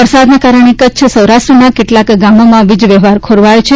વરસાદના કારણે કચ્છ સૌરાષ્ટ્રના કેટલાક ગામોમાં વીજ વ્યવહાર ખોરવાયો છે